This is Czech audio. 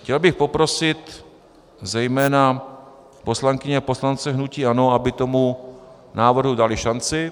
Chtěl bych poprosit zejména poslankyně a poslance hnutí ANO, aby tomu návrhu dali šanci.